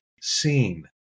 seen